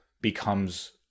becomes